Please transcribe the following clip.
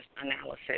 analysis